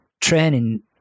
training